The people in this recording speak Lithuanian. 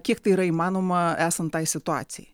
kiek tai yra įmanoma esant tai situacijai